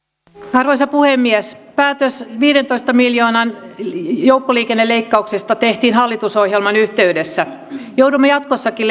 arvoisa puhemies päätös viidentoista miljoonan joukkoliikenneleikkauksesta tehtiin hallitusohjelman yhteydessä joudumme jatkossakin